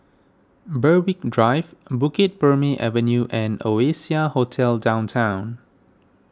Berwick Drive Bukit Purmei Avenue and Oasia Hotel Downtown